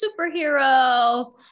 superhero